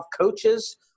coaches